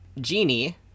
genie